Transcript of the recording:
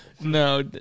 No